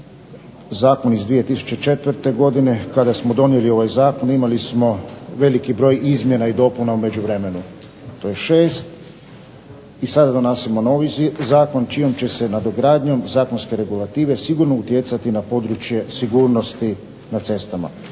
zakon iz 2004. kada smo donijeli ovaj zakon imali smo veliki broj izmjena i dopuna u međuvremenu. To je 6 i sada donosimo novi zakon čijom će se nadogradnjom zakonske regulative sigurno utjecati na područje sigurnosti na cestama.